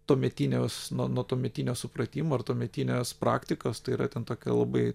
tuometinės nuo tuometinio supratimo ar tuometinės praktikos tai yra ten tokia labai